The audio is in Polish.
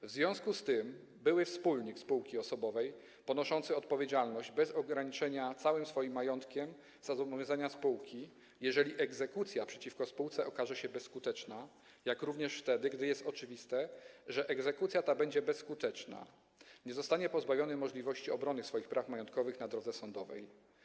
W związku z tym były wspólnik spółki osobowej ponoszący odpowiedzialność bez ograniczenia całym swoim majątkiem za zobowiązania spółki, jeżeli egzekucja przeciwko spółce okaże się bezskuteczna, jak również wtedy, gdy jest oczywiste, że egzekucja ta będzie bezskuteczna, nie zostanie pozbawiony możliwości obrony swoich praw majątkowych na drodze sądowej.